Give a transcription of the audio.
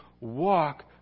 walk